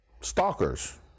stalkers